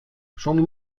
schon